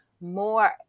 more